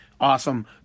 awesome